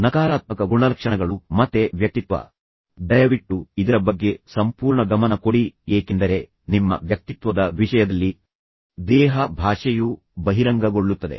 ನಕಾರಾತ್ಮಕ ಗುಣಲಕ್ಷಣಗಳು ಮತ್ತೆ ವ್ಯಕ್ತಿತ್ವ ದಯವಿಟ್ಟು ಇದರ ಬಗ್ಗೆ ಸಂಪೂರ್ಣ ಗಮನ ಕೊಡಿ ಏಕೆಂದರೆ ನಿಮ್ಮ ವ್ಯಕ್ತಿತ್ವದ ವಿಷಯದಲ್ಲಿ ದೇಹ ಭಾಷೆಯು ಬಹಿರಂಗಗೊಳ್ಳುತ್ತದೆ